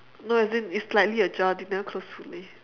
no as in it's slightly ajar they never close fully